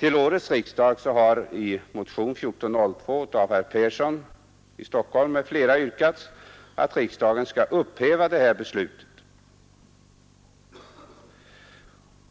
Vid årets riksdag har i motionen 1402 av herr Yngve Persson m.fl. yrkats att riksdagen skall upphäva sitt tidigare beslut